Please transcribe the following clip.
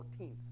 14th